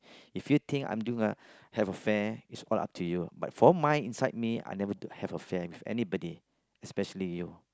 if you think I doing affair is all up to you but for my inside me I never have affair with anybody especially you